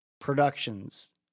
productions